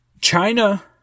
China